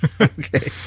okay